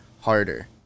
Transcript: harder